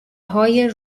های